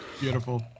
Beautiful